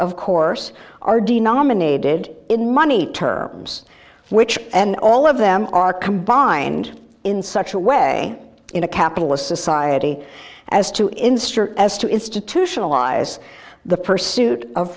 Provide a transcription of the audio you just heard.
of course are denominated in money terms which and all of them are combined in such a way in a capitalist society as to instruct as to institutionalize the pursuit of